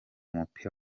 mupira